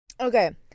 Okay